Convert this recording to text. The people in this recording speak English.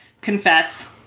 Confess